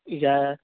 یا